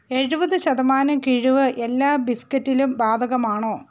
എഴുപത് ശതമാനം കിഴിവ് എല്ലാ ബിസ്ക്കറ്റിലും ബാധകമാണോ